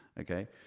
Okay